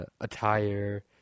Attire